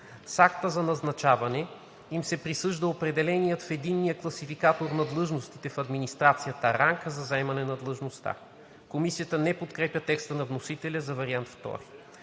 С акта за назначаване им се присъжда определеният в Единния класификатор на длъжностите в администрацията ранг за заемането на длъжността.“ Комисията не подкрепя текста на вносителя за вариант II.